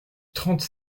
trente